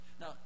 Now